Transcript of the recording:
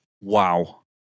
Wow